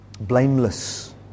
blameless